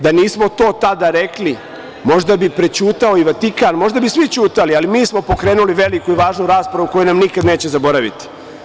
Da nismo to tada rekli, možda bi prećutao i Vatikan, možda bi svi ćutali, ali mi smo pokrenuli veliku i važnu raspravu koju nam nikad neće zaboraviti.